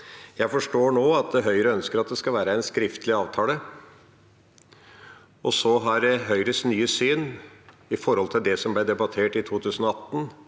Jeg forstår nå at Høyre ønsker at det skal være en skriftlig avtale. Høyres nye syn i forhold til det som ble debattert i 2018,